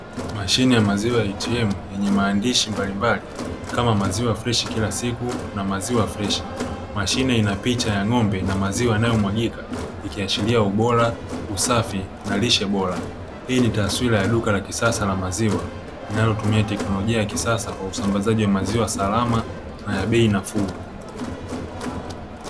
Mashine ya maziwa ATM yenye maandishi mbalimbali kama maziwa freshi kila siku na maziwa freshi. Mashine ina picha ya ng'ombe na maziwa yanayomwagika ikiashiria ubora, usafi na lishe bora. Hii ni taswira ya duka la kisasa la maziwa linalotumia teknolojia ya kisasa kwa usambazaji wa maziwa salama na ya bei nafuu.